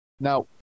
Now